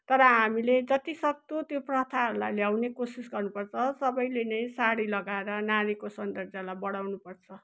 तर हामीले जति सक्दो त्यो प्रथाहरूलाई ल्याउने कोसिस गर्नु पर्छ सबैले नै साडी लगाएर नारीको सौन्दर्यलाई बढाउनु पर्छ